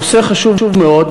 נושא חשוב מאוד,